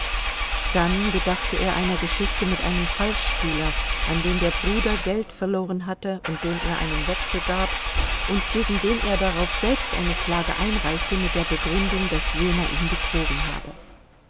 dann gedachte er einer geschichte mit einem falschspieler an den der bruder geld verloren hatte und dem er einen wechsel gab und gegen den er darauf selbst eine klage einreichte mit der begründung daß jener ihn betrogen habe